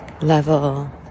level